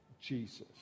Jesus